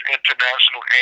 International